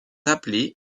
appelés